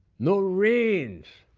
no reins,